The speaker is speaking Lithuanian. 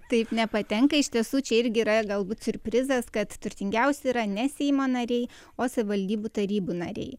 taip nepatenka iš tiesų čia irgi yra galbūt siurprizas kad turtingiausi yra ne seimo nariai o savivaldybių tarybų nariai